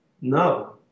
No